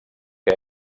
que